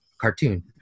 cartoon